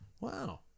Wow